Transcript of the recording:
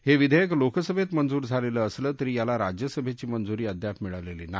हे विधेयक लोकसभेत मंजूर झालेलं असलं तरी याला राज्यसभेची मंजूरी अद्याप मिळालेली नाही